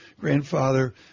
grandfather